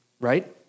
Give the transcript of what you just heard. right